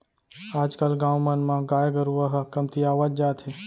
आज कल गाँव मन म गाय गरूवा ह कमतियावत जात हे